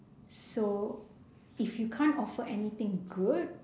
so if you can't offer anything good